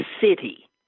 City